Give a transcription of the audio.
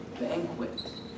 banquet